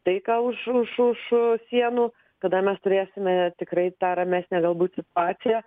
taiką už už už sienų kada mes turėsime tikrai ta ramesnę galbūt situaciją